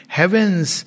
heavens